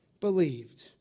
Believed